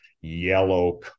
yellow